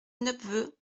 nepveu